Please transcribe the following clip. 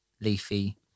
leafy